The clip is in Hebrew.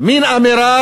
מין אמירה,